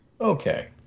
Okay